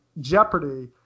jeopardy